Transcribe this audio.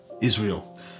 Israel